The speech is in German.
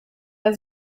der